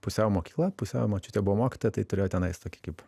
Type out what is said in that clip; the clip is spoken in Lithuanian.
pusiau mokykla pusiau močiutė buvo mokytoja tai turėjo tenais tokį kaip